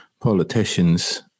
politicians